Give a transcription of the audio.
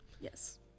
Yes